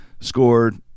scored